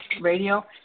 Radio